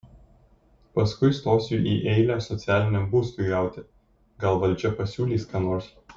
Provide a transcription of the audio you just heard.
paskui stosiu į eilę socialiniam būstui gauti gal valdžia pasiūlys ką nors